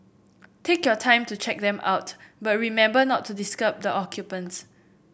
take your time to check them out but remember not to disturb the occupants